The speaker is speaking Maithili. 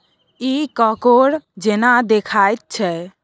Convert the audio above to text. इ कॉकोड़ जेना देखाइत छै